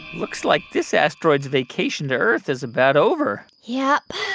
looks like this asteroid's vacation to earth is about over yep